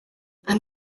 and